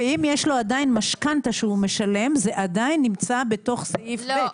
אם יש לו עדיין משכנתא שהוא משלם זה עדיין נמצא בתוך סעיף (ב).